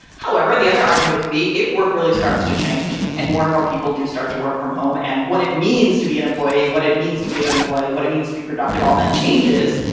however, the other argument could be if work really starts to change and more and more people do start to work from home and what it means to be an employee, what it means to be a guy to play, what it means to be productive, all that changes.